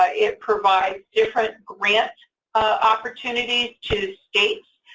ah it provides different grant opportunities to states